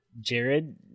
Jared